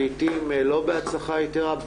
לעתים לא בהצלחה יתרה,